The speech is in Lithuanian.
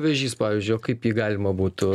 vėžys pavyzdžiui o kaip jį galima būtų